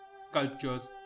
sculptures